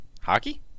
Hockey